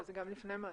זה גם לפני מעשה.